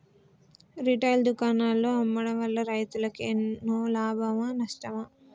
Retail దుకాణాల్లో అమ్మడం వల్ల రైతులకు ఎన్నో లాభమా నష్టమా?